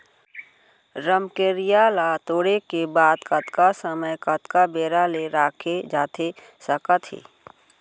रमकेरिया ला तोड़े के बाद कतका समय कतका बेरा ले रखे जाथे सकत हे?